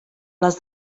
les